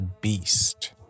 beast